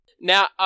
Now